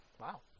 Wow